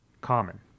Common